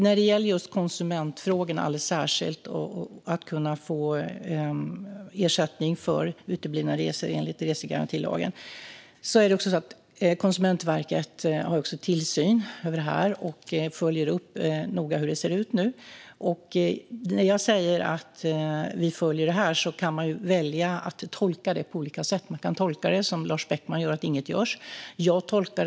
När det gäller just konsumentfrågorna och alldeles särskilt att kunna få ersättning för uteblivna resor enligt resegarantilagen är det så att Konsumentverket har tillsyn över detta. De följer noga upp hur det ser ut nu. När jag säger att vi följer detta kan man välja att tolka det på olika sätt. Man kan tolka det som Lars Beckman gör, det vill säga att inget görs.